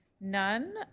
none